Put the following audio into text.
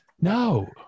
No